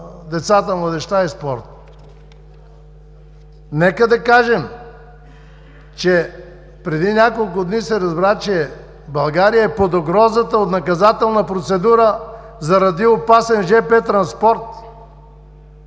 децата, младежта и спорта. Нека да кажем, че преди няколко дни се разбра, че България е под угрозата от наказателна процедура заради опасен жптранспорт.